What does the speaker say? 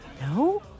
No